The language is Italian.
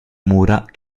mura